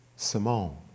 Simone